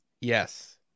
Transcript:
Yes